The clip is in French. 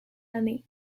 l’année